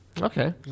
Okay